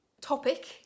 topic